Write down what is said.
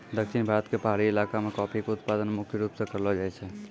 दक्षिण भारत के पहाड़ी इलाका मॅ कॉफी के उत्पादन मुख्य रूप स करलो जाय छै